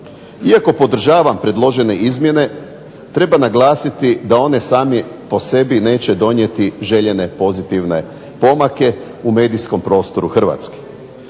Iako podržavam predložene izmjene treba naglasiti da oni sami po sebi neće donijeti željene pozitivne pomake u medijskom prostoru HRvatske.